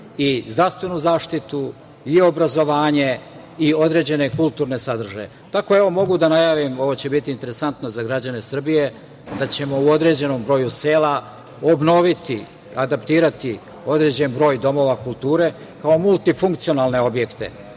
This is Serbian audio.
i zdravstvenu zaštitu i obrazovanje i određene kulturne sadržaje. Mogu da najavim, ovo će biti interesantno za građane Srbije da ćemo u određenom broju sela obnoviti, adaptirati određen broj domova kulture, kao multifunkcionalne objekte